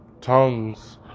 tongues